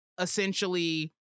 essentially